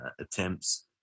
attempts